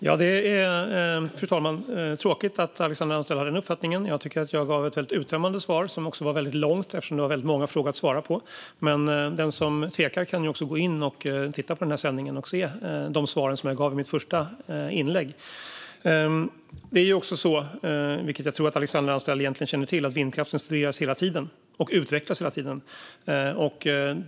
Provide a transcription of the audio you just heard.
Fru talman! Det är tråkigt att Alexandra Anstrell har den uppfattningen. Jag tycker att jag gav ett väldigt uttömmande svar. Det var också väldigt långt, eftersom det var många frågor att svara på. Men den som tvekar kan titta på den här sändningen och höra de svar som jag gav i mitt första inlägg. Det är också så, vilket jag tror att Alexandra Anstrell egentligen känner till, att vindkraften hela tiden studeras och utvecklas.